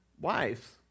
wives